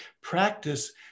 practice